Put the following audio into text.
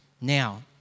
Now